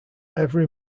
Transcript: every